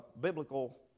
biblical